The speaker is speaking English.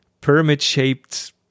pyramid-shaped